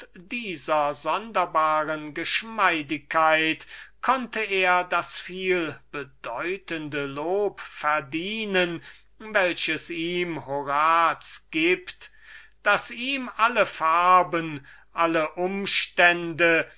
dieser sonderbaren geschmeidigkeit kam es her daß er das vielbedeutende lob verdiente welches ihm horaz gibt daß ihm alle farben alle umstände